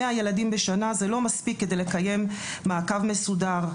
100 ילדים בשנה זה לא מספיק כדי לקיים מעקב מסודר,